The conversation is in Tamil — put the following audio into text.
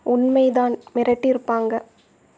உண்மை தான் மிரட்டியிருப்பாங்க